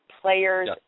players